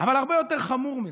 אבל הרבה יותר חמור מזה,